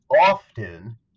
often